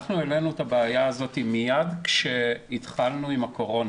אנחנו העלינו את הבעיה הזאת מיד כשהתחלנו עם הקורונה,